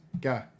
Go